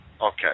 Okay